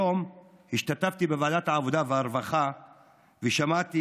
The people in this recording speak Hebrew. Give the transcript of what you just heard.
היום השתתפתי בוועדת העבודה והרווחה ושמעתי